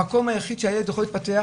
המקום היחיד שהילד יכול להתפתח,